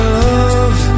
love